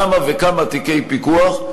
יש כמה וכמה תיקי פיקוח,